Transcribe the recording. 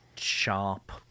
Sharp